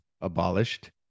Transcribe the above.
abolished